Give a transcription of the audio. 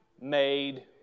made